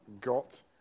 got